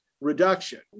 reduction